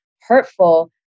hurtful